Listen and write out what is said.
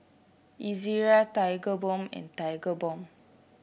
Ezerra Tigerbalm and Tigerbalm